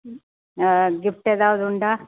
ஆ gift எதாவது உண்டா